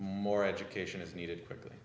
more education is needed quickly